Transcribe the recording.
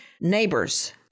Neighbors